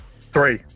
Three